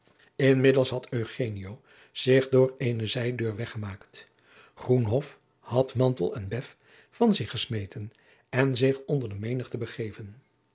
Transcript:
inmiddels had eugenio zich door eene zijdeur weggemaakt groenhof had mantel en bef van zich gesmeten en zich onder de menigte begeven